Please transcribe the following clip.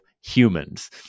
humans